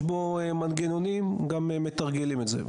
יש בו מנגנונים, גם מתרגלים את זה.